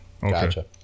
Gotcha